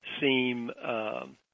seem